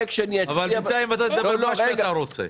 בינתיים תגיד מה שאתה רוצה.